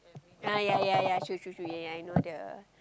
ah ya ya ya true true true ya I know the